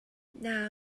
now